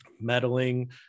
meddling